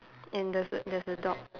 and there's a there's a dog